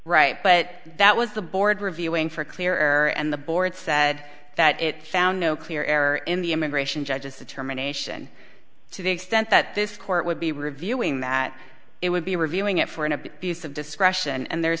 right but that was the board reviewing for clear air and the board said that it found no clear error in the immigration judges determination to the extent that this court would be reviewing that it would be reviewing it for an abuse of discretion and the